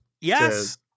Yes